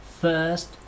First